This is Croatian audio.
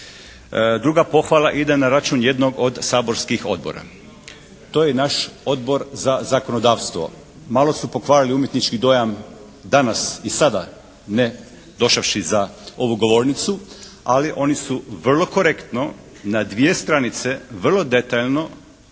Druga pohvala ide na račun jednog od saborskih odbora. To je naš Odbor za zakonodavstvo. Malo su pokvarili umjetnički dojam danas i sada ne došavši za ovu govornicu ali oni su vrlo korektno na dvije stranice vrlo detaljno